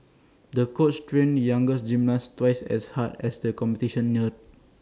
the coach trained the young gymnast twice as hard as the competition neared